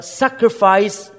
sacrifice